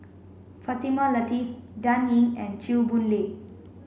Fatimah Lateef Dan Ying and Chew Boon Lay